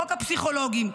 חוק הפסיכולוגים,